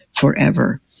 forever